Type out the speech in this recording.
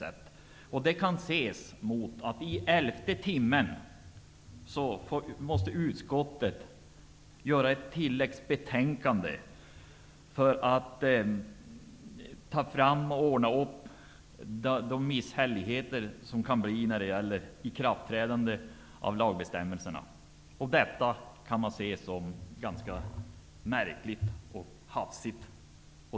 Det kan ses av att utskottet i elfte timmen måste göra ett tilläggsbetänkande för att ''ordna upp'' misshälligheterna i fråga om ikraftträdande av lagbestämmelserna. Detta kan man anse som ganska märkligt och hafsigt.